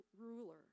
ruler